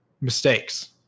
mistakes